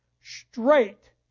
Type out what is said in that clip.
straight